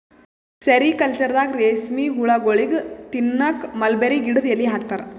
ಸೆರಿಕಲ್ಚರ್ದಾಗ ರೇಶ್ಮಿ ಹುಳಗೋಳಿಗ್ ತಿನ್ನಕ್ಕ್ ಮಲ್ಬೆರಿ ಗಿಡದ್ ಎಲಿ ಹಾಕ್ತಾರ